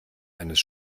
eines